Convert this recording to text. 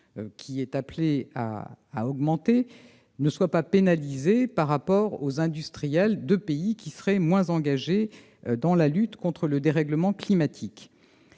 carbone appelé à augmenter, ne soient pas pénalisés par rapport aux industriels de pays moins engagés dans la lutte contre le dérèglement climatique.